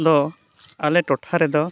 ᱫᱚ ᱟᱞᱮ ᱴᱚᱴᱷᱟ ᱨᱮᱫᱚ